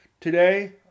Today